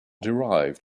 derived